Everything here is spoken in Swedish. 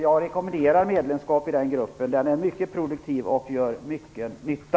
Jag rekommenderar medlemskap i den gruppen. Den är mycket produktiv och gör mycket nytta.